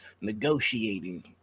negotiating